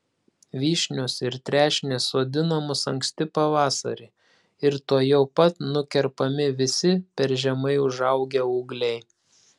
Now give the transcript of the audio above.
vyšnios ir trešnės sodinamos anksti pavasarį ir tuojau pat nukerpami visi per žemai užaugę ūgliai